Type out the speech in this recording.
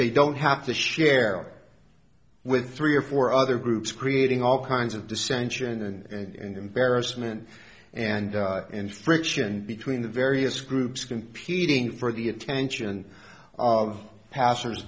they don't have to share with three or four other groups creating all kinds of dissension and embarrassment and in friction between the various groups competing for the attention of passers